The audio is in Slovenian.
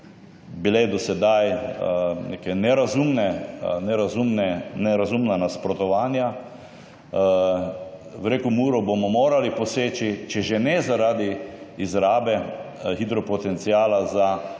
tam do sedaj neka nerazumna nasprotovanja. V reko Muro bomo morali poseči, če že ne zaradi izrabe hidropotenciala za